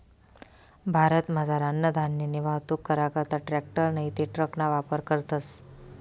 भारतमझार अन्नधान्यनी वाहतूक करा करता ट्रॅकटर नैते ट्रकना वापर करतस